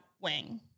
wing